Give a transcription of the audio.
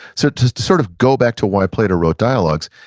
so to to sort of go back to why plato wrote dialogues,